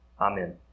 Amen